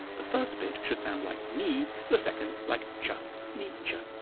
the first bit should sound like knee, the second like cha knee cha.